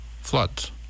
floods